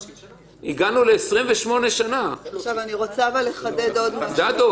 אבל פה, אגב, גם הגנה בדין.